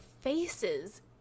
faces